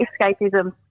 escapism